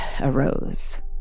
arose